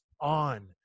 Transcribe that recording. on